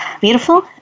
beautiful